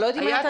היה.